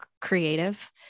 creative